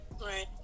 right